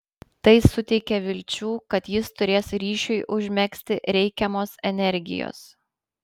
tai suteikė vilčių kad jis turės ryšiui užmegzti reikiamos energijos